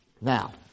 Now